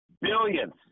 Billions